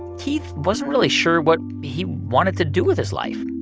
keith wasn't really sure what he wanted to do with his life.